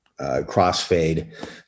crossfade